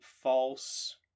false